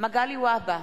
מגלי והבה,